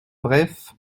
bref